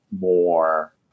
more